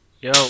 Yo